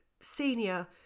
senior